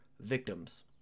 victims